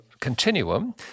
continuum